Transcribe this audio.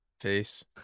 face